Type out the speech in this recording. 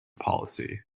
policy